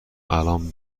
الان